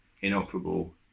inoperable